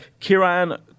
Kiran